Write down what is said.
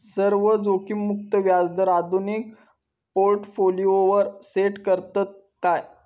सर्व जोखीममुक्त व्याजदर आधुनिक पोर्टफोलियोवर सेट करतत काय?